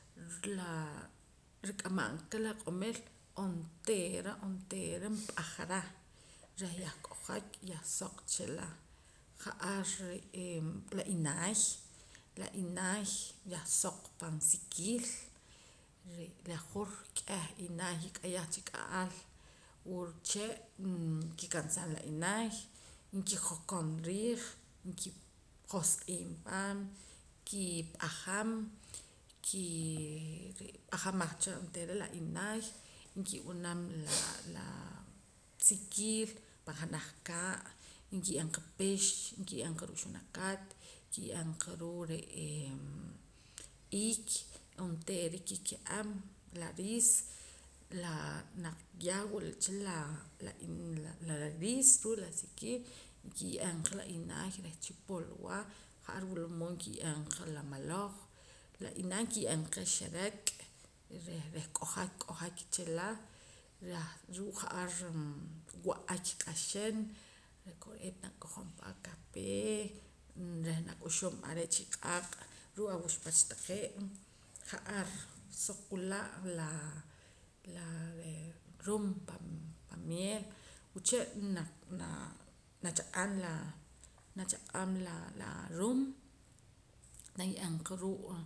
Ruu' laa rik'amam ka la riq'omil onteera onteera np'ajara reh yah k'ojay y yah soq chila ja'ar re'ee la inaay la inaay yan soq pan sikiil yahwur k'eh inaay kik'ayaj chik'a'al wuche' nkikansaa la inaay kijokom riij nkijoq'iim paam kip'ajam kii pajamaj cha onteera la inaay nkib'anam la laa sikiil pa janaj kaa' nkiye'em qa pix nkiye'em qa ruu' xunakat nkiye'em qa ruu' re'ee iik onteera kike'am la riis naq ya wula cha laa riis ruu' laa sikiil nkiye'em qa la inaay reh chipulwa ja'ar wula mood nikiye'em qa la maloj la inaay kiye'en qa xerek' reh k'ojak k'ojak chila reh ruu' ja'ar wa'ak q'axin kore'eet nakojom pa akapee reh nak'uxum are' chii q'aaq' ruu' awuxpach taqee' ja'ar suq wila' laa la reh rum paa pam mieel wuche' na naa chaq'aam la na chaq'aam la rum naye'em qa ruu'